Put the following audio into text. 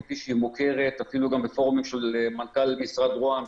כפי שהיא מוכרת כתכנית ה"רמזור" אפילו בפורומים של מנכ"ל משרד רוה"מ,